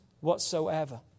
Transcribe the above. whatsoever